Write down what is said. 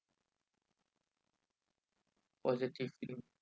was it just you